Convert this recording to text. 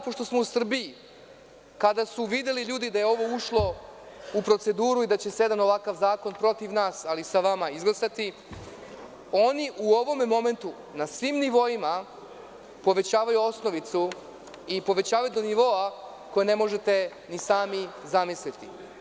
Pošto smo u Srbiji, kada su ljudi videli da je ovo ušlo u proceduru i da će se jedan ovakav zakon, protiv nas, ali sa vama, izglasati, oni u ovome momentu na svim nivoima povećavaju osnovicu i povećavaju do nivoa koji ne možete ni sami zamisliti.